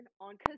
on